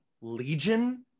Legion-